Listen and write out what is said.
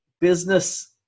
business